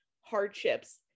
hardships